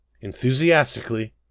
Enthusiastically